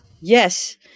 yes